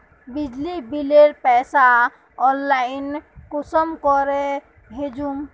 बिजली बिलेर पैसा ऑनलाइन कुंसम करे भेजुम?